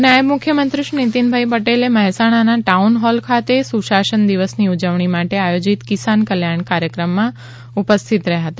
તો નાયબ મુખ્યમંત્રી શ્રી નીતીનભાઈ પટેલ મહેસાણાના ટાઉનહોલ ખાતે સુશાસન દિવસની ઉજવણી માટે આયોજિત કિસાન કલ્યાણ કાર્યક્રમમાં ઉપસ્થિત રહ્યા હતા